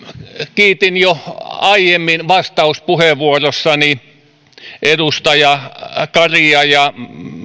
kiitin jo aiemmin vastauspuheenvuorossani edustaja karia ja